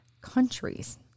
countries